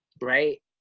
right